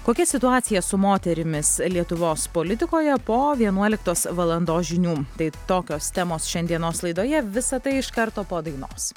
kokia situacija su moterimis lietuvos politikoje po vienuoliktos valandos žinių tai tokios temos šiandienos laidoje visa tai iš karto po dainos